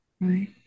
Right